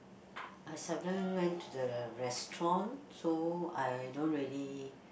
I seldom went to the restaurant so I don't really